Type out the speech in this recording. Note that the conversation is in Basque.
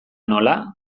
nola